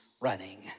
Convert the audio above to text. running